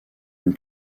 une